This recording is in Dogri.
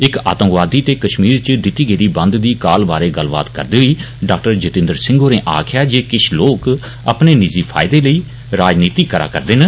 इक आतंकवादी ते कश्मीर च दिती गेदी बंद दी काल बारै गल्लबात करदे होई डाक्टर जितेन्द्र सिंह होरें आक्खेआ जे किश लोक अपने नीजि फायदें लेई राजनीति करारदे न